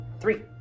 three